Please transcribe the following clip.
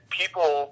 people